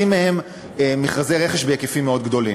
מהם מכרזי רכש בהיקפים מאוד גדולים.